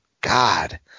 god